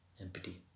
empty